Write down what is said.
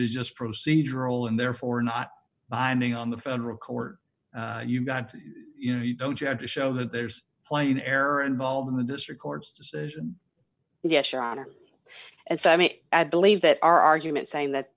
is just procedural and therefore not binding on the federal court you've got to you know you don't you have to show that there's plain error involved in the district court's decision yes your honor and so i mean at believe that our argument saying that